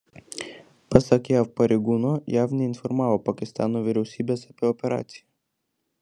pasak jav pareigūno jav neinformavo pakistano vyriausybės apie operaciją